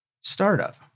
startup